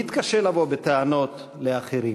נתקשה לבוא בטענות לאחרים.